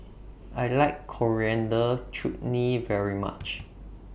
I like Coriander Chutney very much